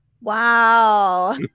Wow